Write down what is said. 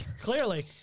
Clearly